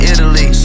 Italy